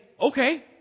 Okay